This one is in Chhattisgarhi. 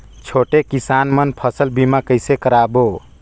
छोटे किसान मन फसल बीमा कइसे कराबो?